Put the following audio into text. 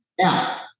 now